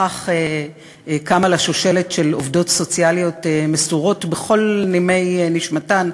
בכך קמה לה שושלת של עובדות סוציאליות מסורות בכל נימי נשמתן.